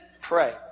pray